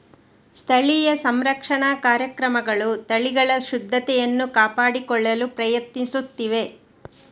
ಸ್ಥಳೀಯ ಸಂರಕ್ಷಣಾ ಕಾರ್ಯಕ್ರಮಗಳು ತಳಿಗಳ ಶುದ್ಧತೆಯನ್ನು ಕಾಪಾಡಿಕೊಳ್ಳಲು ಪ್ರಯತ್ನಿಸುತ್ತಿವೆ